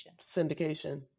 Syndication